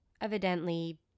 Evidently